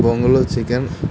బొంగులో చికెన్